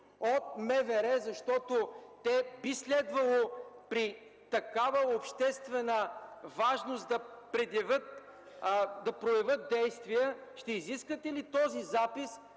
от МВР, защото те би следвало при такава обществена важност да проявят действия, този запис,